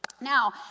Now